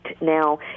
now